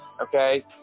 Okay